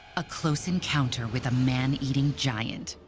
a close encounter with a man-eating giant,